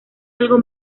algo